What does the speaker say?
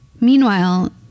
Meanwhile